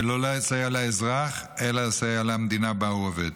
ולא לסייע לאזרח, אלא לסייע למדינה שבה הוא עובד.